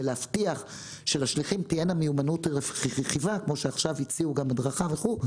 להבטיח שלשליחים תהיינה מיומנויות רכיבה כמו שעכשיו הציעו הדרכה וכולי,